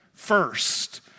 First